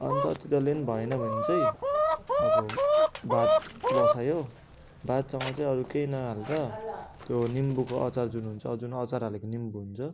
अन्त तिनीहरूले भएन भने चाहिँ अब भात बसायो भातसँग चाहिँ अरू केही नहालेर त्यो निम्बुको अचार जुन हुन्छ जुन अचार हालेको निम्बु हुन्छ